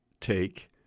take